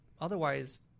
otherwise